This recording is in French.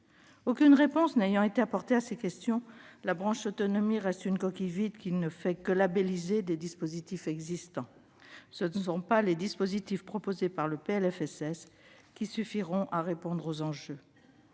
Aucune réponse n'ayant été apportée à ces questions, la branche autonomie reste une coquille vide qui ne fait que labelliser des dispositifs existants. Ce ne sont pas les dispositifs proposés par le PLFSS qui suffiront à répondre aux enjeux.